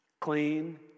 clean